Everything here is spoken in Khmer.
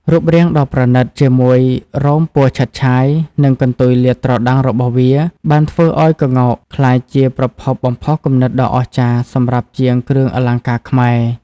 រូបរាងដ៏ប្រណិត ជាមួយរោមពណ៌ឆើតឆាយ និងកន្ទុយលាតត្រដាងរបស់វា បានធ្វើឱ្យក្ងោកក្លាយជាប្រភពបំផុសគំនិតដ៏អស្ចារ្យសម្រាប់ជាងគ្រឿងអលង្ការខ្មែរ។